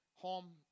Home